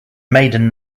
maiden